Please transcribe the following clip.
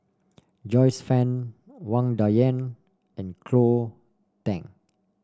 Joyce Fan Wang Dayuan and Cleo Thang